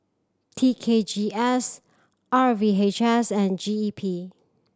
T K G S R V H S and G E P